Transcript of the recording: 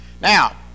Now